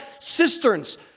cisterns